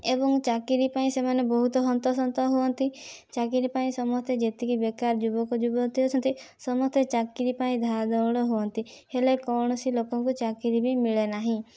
ଏବଂ ଚାକିରୀ ପାଇଁ ସେମାନେ ବହୁତ ହନ୍ତସନ୍ତ ହୁଅନ୍ତି ଚାକିରୀ ପାଇଁ ସମସ୍ତେ ଯେତିକି ବେକାର ଯୁବକ ଯୁବତୀ ଅଛନ୍ତି ସମସ୍ତେ ଚାକିରୀ ପାଇଁ ଧାଁ ଦୌଡ଼ ହୁଅନ୍ତି ହେଲେ କୌଣସି ଲୋକଙ୍କୁ ଚାକିରୀ ବି ମିଳେନାହିଁ